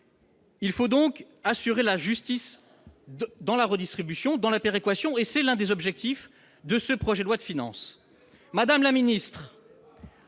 Il faut donc prévoir de la justice dans la redistribution, dans la péréquation. C'est l'un des objectifs du projet de loi de finances.